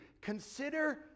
Consider